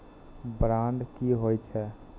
Bond की होई छै?